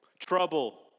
Trouble